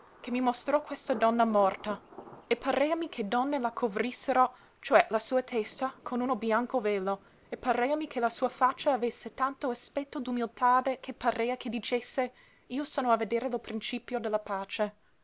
che mi mostrò questa donna morta e pareami che donne la covrissero cioè la sua testa con uno bianco velo e pareami che la sua faccia avesse tanto aspetto d'umilitade che parea che dicesse io sono a vedere lo principio de la pace